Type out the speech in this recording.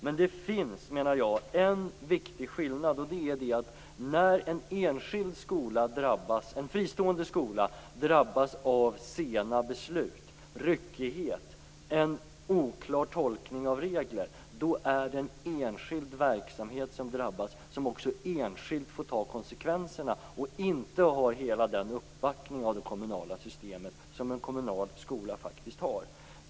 Men det finns, menar jag, en viktig skillnad, nämligen att när en fristående skola drabbas av sena beslut, ryckighet och en oklar tolkning av regler, är det en enskild verksamhet som drabbas och som också enskilt får ta konsekvenserna. Den fristående skolan har inte hela den uppbackning av det kommunala systemet som en kommunal skola faktiskt har.